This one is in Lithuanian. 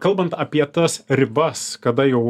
kalbant apie tas ribas kada jau